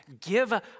Give